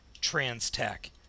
trans-tech